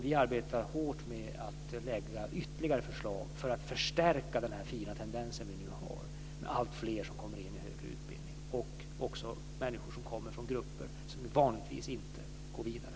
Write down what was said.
Vi arbetar hårt med att lägga fram ytterligare förslag för att förstärka den fina tendens vi nu har med alltfler som kommer in på högre utbildning - även människor som kommer från grupper som vanligtvis inte går vidare.